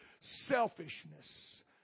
selfishness